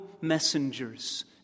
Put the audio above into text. messengers